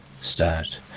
Start